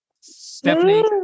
Stephanie